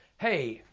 hey,